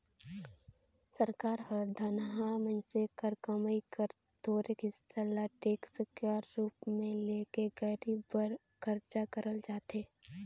सरकार हर धनहा मइनसे कर कमई कर थोरोक हिसा ल टेक्स कर रूप में ले के गरीब बर खरचा करल जाथे